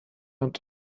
und